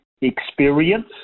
Experience